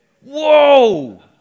Whoa